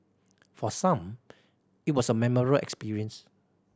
for some it was a memorable experience